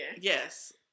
Yes